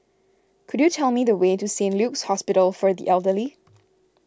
could you tell me the way to Saint Luke's Hospital for the Elderly